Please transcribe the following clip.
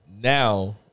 now